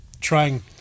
trying